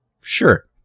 sure